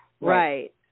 right